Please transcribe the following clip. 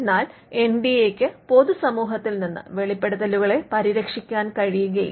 എന്നാൽ N D എയ്ക്ക് പൊതുസമൂഹത്തിൽ നിന്ന് വെളിപ്പെടുത്തലുകളെ പരിരക്ഷിക്കാൻ കഴിയില്ല